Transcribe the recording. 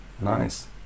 Nice